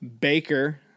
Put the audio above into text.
Baker